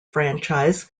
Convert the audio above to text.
franchise